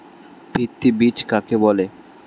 ভিত্তি বীজ কাকে বলে?